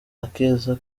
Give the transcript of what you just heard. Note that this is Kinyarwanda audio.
akeza